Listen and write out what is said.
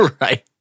right